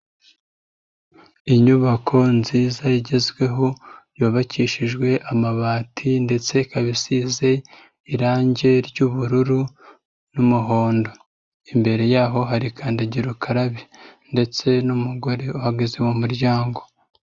Inyubako nziza igezweho, yubakishijwe amabati ndetse ikaba isize irangi ry'ubururu n'umuhondo. Imbere yaho hari kandagira ukarabe ndetse n'umugore uhagaze mu muryango.